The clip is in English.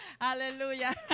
Hallelujah